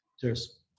Cheers